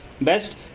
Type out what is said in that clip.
Best